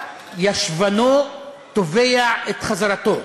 ישבנו תובע את חזרתו.